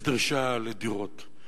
יש דרישה לדירות.